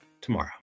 tomorrow